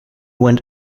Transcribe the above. went